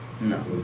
No